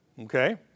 Okay